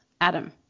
Adam